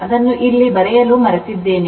ಅದನ್ನು ಇಲ್ಲಿ ಬರೆಯಲು ಮರೆತಿದ್ದೇನೆ